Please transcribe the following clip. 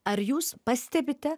ar jūs pastebite